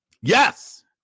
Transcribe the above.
Yes